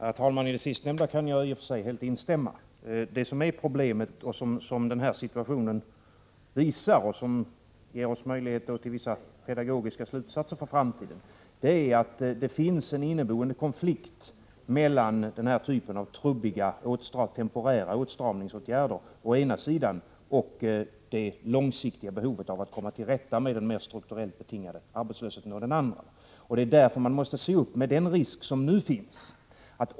Herr talman! I det sista kan jag i och för sig instämma. Det problem som denna situation visar och som ger oss möjligheter till vissa pedagogiska slutsatser för framtiden är att det finns en inneboende konflikt mellan denna typ av trubbiga temporära åtstramningsåtgärder å ena sidan och det långsiktiga behovet att komma till rätta med den strukturellt betingade arbetslösheten å den andra. Därför måste man se upp med den risk som nu finns.